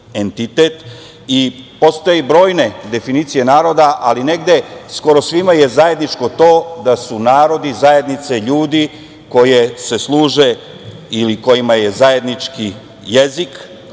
Postaje brojne definicije naroda, ali negde skoro svima je zajedničko to da su narodi zajednice ljudi koje se služe ili kojima je zajednički jezik,